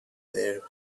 their